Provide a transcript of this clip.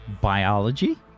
biology